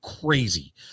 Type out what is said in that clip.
Crazy